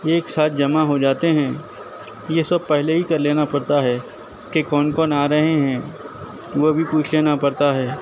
ایک ساتھ جمع ہوجاتے ہیں یہ سب پہلے ہی کر لینا پڑتا ہے کہ کون کون آ رہے ہیں وہ بھی پوچھ لینا پڑتا ہے